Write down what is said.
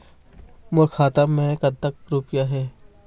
मोर खाता मैं कतक रुपया हे?